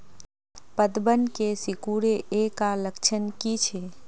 पतबन के सिकुड़ ऐ का लक्षण कीछै?